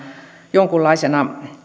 jonkunlaisena